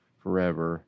forever